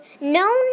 no